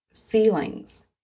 feelings